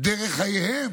דרך חייהם.